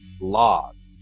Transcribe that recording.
laws